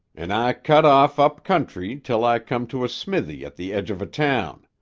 an' i cut off up country till i come to a smithy at the edge of a town.